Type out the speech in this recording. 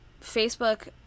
Facebook